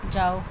ਜਾਓ